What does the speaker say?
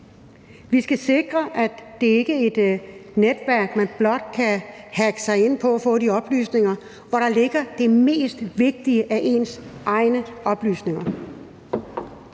Vi skal sikre, at det ikke er et netværk, som man blot kan hacke sig ind på for at få de oplysninger – et netværk, hvor der ligger de mest vigtige af ens egne oplysninger.